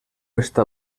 està